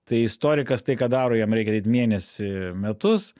tai istorikas tai ką daro jam reikia mėnesį metus